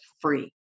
free